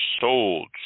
sold